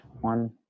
one